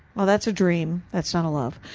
oh that's a dream, that's not a love.